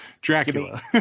Dracula